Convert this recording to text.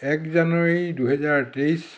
এক জানুৱাৰী দুহেজাৰ তেইছ